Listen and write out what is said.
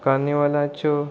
कर्निवालाच्यो